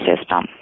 system